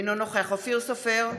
אינו נוכח אופיר סופר,